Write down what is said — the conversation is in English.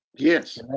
Yes